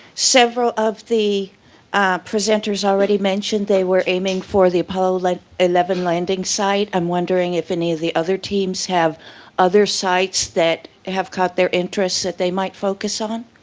several of the presenters already mentioned they were aiming for the apollo like eleven landing site, i'm wondering if any of the other teams have other sites that have caught their interest, that they might focus on?